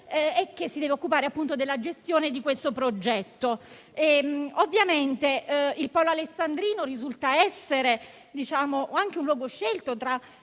che si deve occupare della gestione del progetto. Ovviamente il polo alessandrino risulta essere un luogo scelto